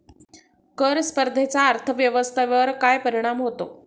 कर स्पर्धेचा अर्थव्यवस्थेवर काय परिणाम होतो?